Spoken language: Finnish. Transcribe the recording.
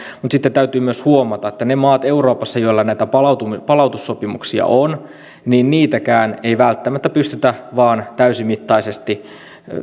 mutta sitten täytyy myös huomata että niissä maissa euroopassa joilla näitä palautussopimuksia on niitä ei vain välttämättä pystytä täysimittaisesti